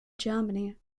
germany